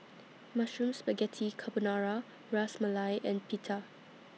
Mushroom Spaghetti Carbonara Ras Malai and Pita